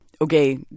Okay